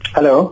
Hello